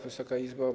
Wysoka Izbo!